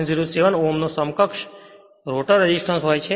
07 ઓહ્મનો સમકક્ષ rotor resistance હોય છે